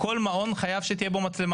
כל מעון חייב שתהיה בו מצלמה.